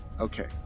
okay